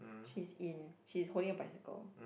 she's in she's holding a bicycle